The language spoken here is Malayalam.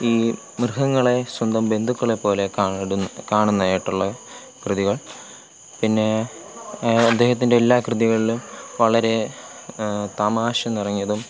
ഈ മൃഗങ്ങളെ സ്വന്തം ബന്ധുക്കളെ പോലെയാ കാണുന്നെ കാണുന്നതായിട്ടുള്ള കൃതികൾ പിന്നെ അദ്ദേഹത്തിൻ്റെ എല്ലാ കൃതികളിലും വളരെ തമാശ നിറഞ്ഞതും